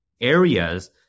areas